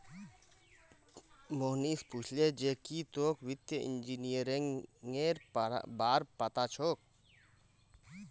मोहनीश पूछले जे की तोक वित्तीय इंजीनियरिंगेर बार पता छोक